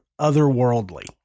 otherworldly